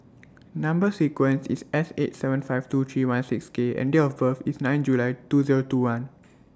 Number sequence IS S eight seven five two three one six K and Date of birth IS nineth July two Zero two one